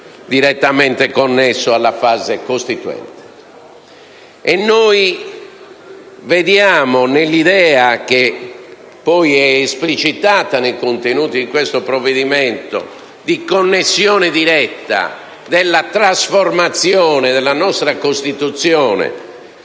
direttamente connesse alla fase costituente. Nell'idea, esplicitata nel contenuto di questo provvedimento, di connettere direttamente la trasformazione della nostra Costituzione,